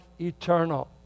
eternal